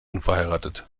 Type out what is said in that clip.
unverheiratet